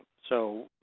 so,